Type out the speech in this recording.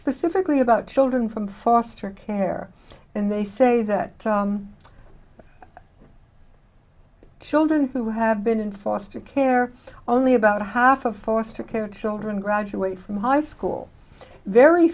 specifically about children from foster care and they say that children who have been in foster care only about half of foster care children graduate from high school very